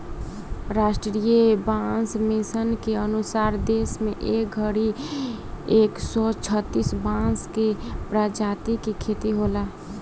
राष्ट्रीय बांस मिशन के अनुसार देश में ए घड़ी एक सौ छतिस बांस के प्रजाति के खेती होला